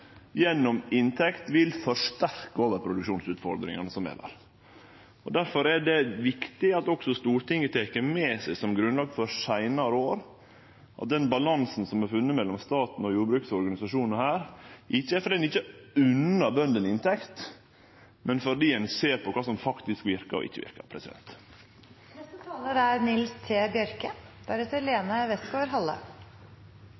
gjennom inntekt vil forsterke overproduksjonsutfordringane som er der. Difor er det viktig at også Stortinget tek med seg som grunnlag for seinare år at den balansen som er funne mellom staten og jordbruksorganisasjonane her, ikkje er fordi ein ikkje unner bøndene inntekt, men fordi ein ser på kva som faktisk verkar og ikkje verkar. Det har vore ein interessant diskusjon, og eg er